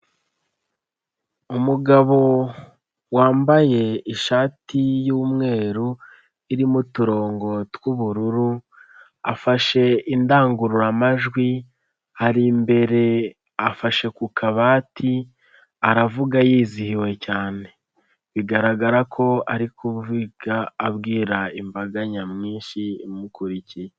Umugabo wambaye ishati y'umweru irimo uturongo tw'ubururu, afashe indangururamajwi, ari imbere afashe ku kabati, aravuga yizihiwe cyane, bigaragara ko ari kuvuga abwira imbaga nyamwinshi imukurikiye.